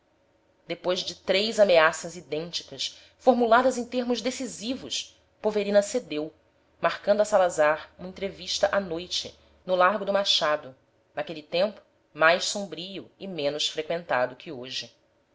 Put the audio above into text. depois de três ameaças idênticas formuladas em termos decisivos poverina cedeu marcando a salazar uma entrevista a noite no largo do machado naquele tempo mais sombrio e menos freqüentado que hoje